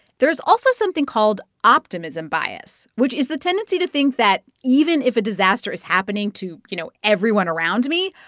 there's also something called optimism bias, which is the tendency to think that even if a disaster is happening to, you know, everyone around me,